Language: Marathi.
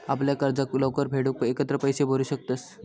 आपल्या कर्जाक लवकर फेडूक एकत्र पैशे भरू शकतंस